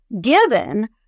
given